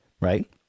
Right